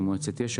עם מועצת יש"ע,